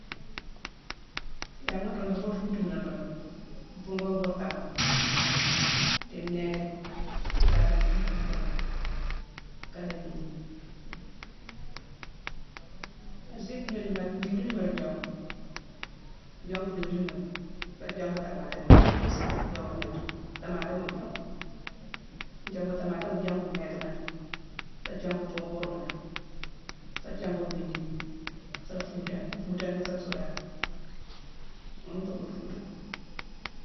gnanghma nruuduni: buude fuutuma la nruudu, bhuughune nkur kama; ni nnééti, nka la nruu-njo-nruu rundu. Nka la ngnii niini. Azéye-gnojuma-dhuwiliinama la njongu, jongu dhuwiliinama, sa jongu taamatéma-dirus-docka gnoju-taamatéma jongu. Jongu taamatéma, jongu nnéétima nangh, sa jongu buugu kurma nangh, sa jongu miigna, sa fuutaghi. Nfuutaghi, sa suudaghi, ghune nféé buude fuutu.